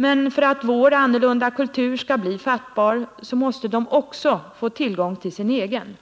Men för att vår annorlunda kultur skall bli fattbar så måste de också få tillgång till sin egen.